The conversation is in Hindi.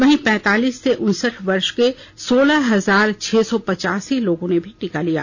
वहीं पैतालीस से उनसठ वर्ष के सोलह हजार छह सौ पचासी लोगों ने भी टीका लिया